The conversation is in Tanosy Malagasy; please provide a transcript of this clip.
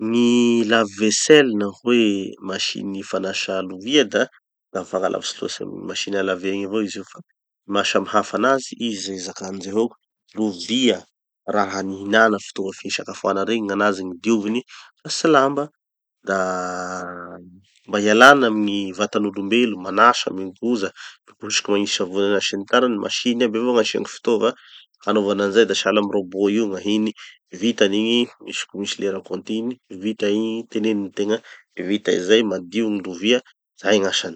Gny lave vaisselle na hoe masiny fanasà lovia da- da tsy mifagnalavitsy loatsy amy machine à laver igny avao izy io fa gny maha samy hafa anazy, izy zay zakany zehoky, lovia, raha nihinana fitaova fisakafoana regny gn'anazy gny dioviny fa tsy lamba. Da mba hialana amy gny vatan'olom-belo manasa migoza mikosoky magnisy savony anazy sy ny tariny, machine aby avao gn'asia gny fitaova hanaovana anizay da sahala amy robot io gn'ahiny. Vitan'igny misy- misy lera kontiny, vita igny, teneniny tegna, vita izay madio gny lovia. Zay gn'asany.